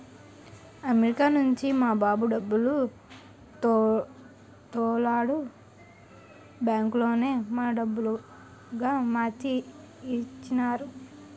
America నుంచి మా బాబు డబ్బులు తోలాడు బ్యాంకులోనే మన డబ్బులుగా మార్చి ఇచ్చినారు